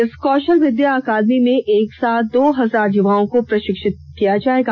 इस कौषल विद्या अकादमी में एक साथ दो हजार युवाओं को प्रषिक्षित किया जा सकेगा